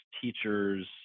teachers